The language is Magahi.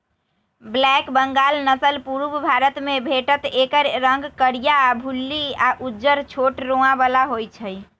ब्लैक बंगाल नसल पुरुब भारतमे भेटत एकर रंग करीया, भुल्ली आ उज्जर छोट रोआ बला होइ छइ